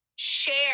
Share